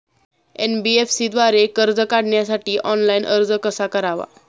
NBFC द्वारे कर्ज काढण्यासाठी ऑनलाइन अर्ज कसा करावा?